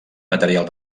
material